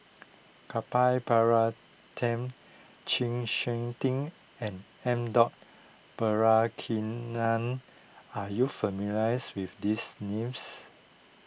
Gopal Baratham Chng Seok Tin and M Dot Balakrishnan are you familiars with these names